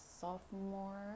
sophomore